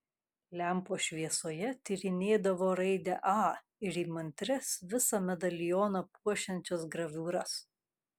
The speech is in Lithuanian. lempos šviesoje tyrinėdavo raidę a ir įmantrias visą medalioną puošiančias graviūras